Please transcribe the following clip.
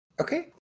okay